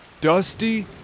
Dusty